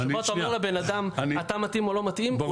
שבו אתה אומר לבן אדם אתה מתאים או לא מתאים -- ברור.